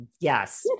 yes